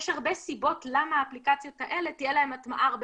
יש הרבה סיבות למה לאפליקציות האלה תהיה הטמעה הרבה